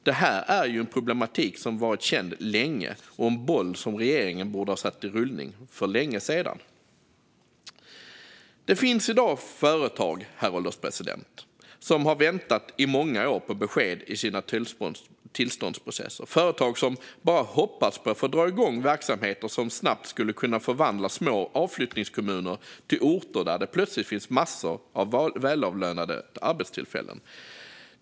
Det här är ju en problematik som varit känd länge och en boll som regeringen borde ha satt i rullning för länge sedan. Det finns i dag företag, herr ålderspresident, som har väntat i många år på besked i sina tillståndsprocesser. Det är företag som bara hoppas på att få dra igång verksamheter som snabbt skulle kunna förvandla små avflyttningskommuner till orter där det plötsligt finns massor av välavlönade arbeten.